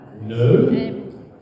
No